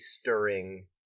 stirring